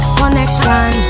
connection